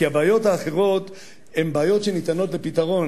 כי הבעיות האחרות הן בעיות שניתנות לפתרון.